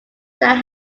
that